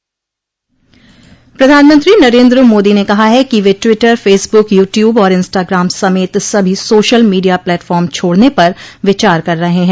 प्रधानमंत्री नरेन्द्र मोदी ने कहा है कि वे ट्विटर फेसबुक यू ट्यूब और इंस्टागाम समेत सभी सोशल मीडिया प्लेटफॉर्म छोड़ने पर विचार कर रहे हैं